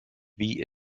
wie